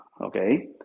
okay